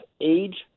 age